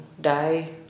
die